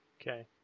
Okay